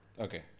Okay